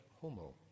Homo